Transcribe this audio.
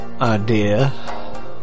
idea